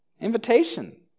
invitation